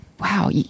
Wow